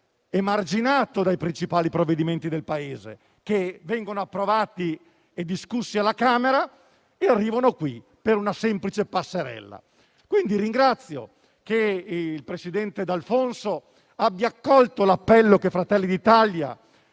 emarginato dai principali provvedimenti del Paese, che vengono approvati e discussi alla Camera e arrivano qui per una semplice passerella. Ringrazio quindi il presidente D'Alfonso per aver accolto l'appello che Fratelli d'Italia,